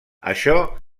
això